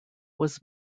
was